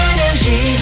Energy